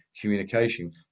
communication